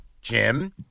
Jim